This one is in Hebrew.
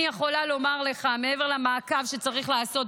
אני יכולה לומר לך: מעבר למעקב שצריך לעשות,